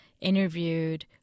interviewed